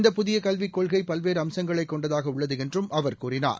இந்த புதிய கல்விக் கொள்கை பல்வேறு அம்சங்களைக் கொண்டதாக உள்ளது என்றும் அவா் கூறினார்